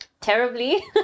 terribly